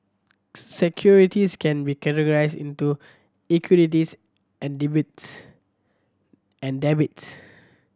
securities can be categorized into equities and debates and debits